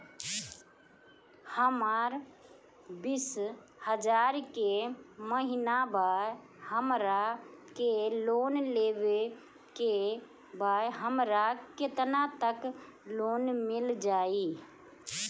हमर बिस हजार के महिना बा हमरा के लोन लेबे के बा हमरा केतना तक लोन मिल जाई?